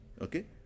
Okay